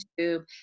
YouTube